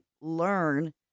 learn